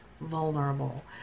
vulnerable